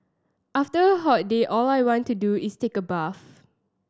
after a hot day all I want to do is take a bath